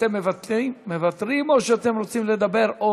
אתם מוותרים או שאתם רוצים לדבר?